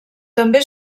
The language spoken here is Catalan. també